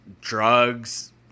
drugs